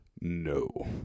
No